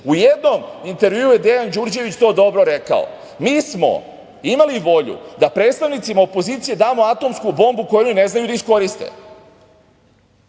U jednom intervju je Dejan Đurđević to dobro rekao, mi smo imali volju da predstavnicima opozicije damo atomsku bombu koju ne znaju da iskoriste.